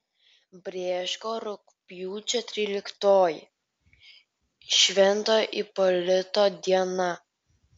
brėško rugpjūčio tryliktoji švento ipolito diena